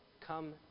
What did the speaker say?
Come